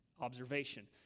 observation